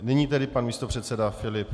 Nyní pan místopředseda Filip.